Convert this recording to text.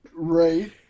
Right